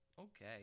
Okay